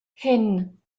hyn